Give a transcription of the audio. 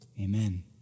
amen